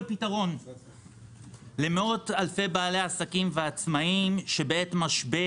פתרון למאות אלפי בעלי עסקים ועצמאיים שבעת משבר,